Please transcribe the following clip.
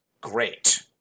great